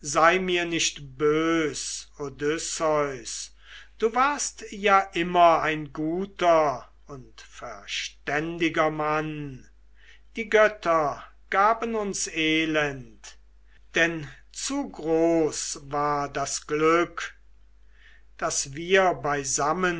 sei mir nicht bös odysseus du warst ja immer ein guter und verständiger mann die götter gaben uns elend denn zu groß war das glück daß wir beisammen